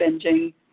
binging